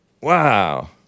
Wow